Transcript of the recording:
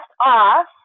off